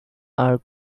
are